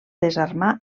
desarmar